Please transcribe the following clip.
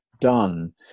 done